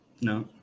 No